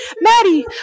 Maddie